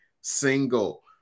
single